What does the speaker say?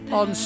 on